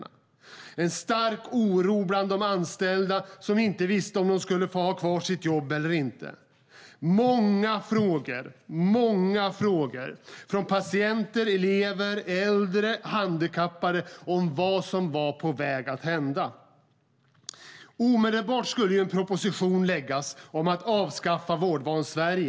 Det fanns en stark oro bland de anställda som inte visste om de skulle få behålla sina jobb. Det fanns många frågor från patienter, elever, äldre och handikappade om vad som var på väg att hända. Omedelbart skulle en proposition läggas fram om att avskaffa vårdval i Sverige.